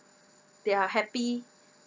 they're happy